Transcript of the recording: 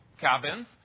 cabins